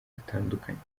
batandukanye